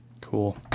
Cool